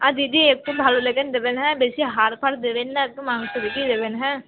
আর দিদি একটু ভালো দেবেন হ্যাঁ বেশি হাড় ফাড় দেবেন না একটু মাংস বেশি দেবেন হ্যাঁ